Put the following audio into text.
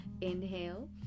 inhale